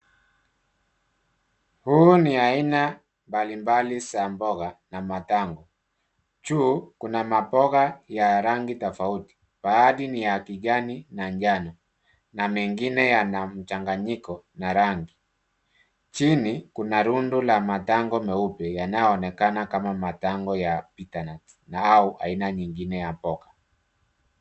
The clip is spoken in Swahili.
Huu ni aina mbalimbali za mboga na matango. Juu kuna maboga ya rangi tofauti, baadhi ni ya kijani na njano na mengine yana mchanganyiko na rangi. Chini kuna rundo la matango meupe, yanayoonekana kama matango ya butternut au aina nyingine ya mboga.